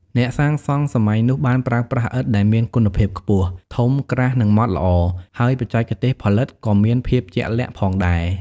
អ្នកសាងសង់សម័យនោះបានប្រើប្រាស់ឥដ្ឋដែលមានគុណភាពខ្ពស់ ធំ ក្រាស់ និងម៉ដ្ឋល្អ ហើយបច្ចេកទេសផលិតក៏មានភាពជាក់លាក់ផងដែរ។